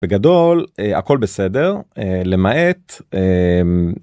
בגדול הכל בסדר למעט.